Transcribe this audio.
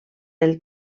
del